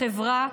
בחברה,